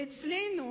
ואצלנו